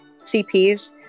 cps